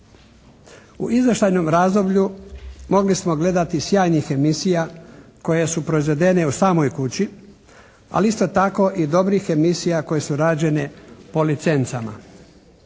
U izvještajnom razdoblju mogli smo gledati sjajnih emisija koje su proizvedene u samoj kući, ali isto tako i dobrih emisija koje su rađene po licencama.